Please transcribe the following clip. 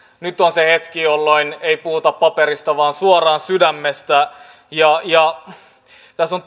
nyt on se hetki jolloin ei puhuta paperista vaan suoraan sydämestä tässä on